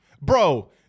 bro